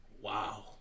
Wow